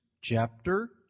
chapter